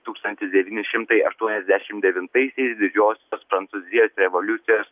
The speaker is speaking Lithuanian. tūkstantis devyni šimtai aštuoniasdešim devintaisiais didžiosios prancūzijos revoliucijos